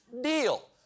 deal